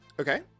Okay